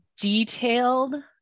detailed